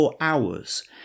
hours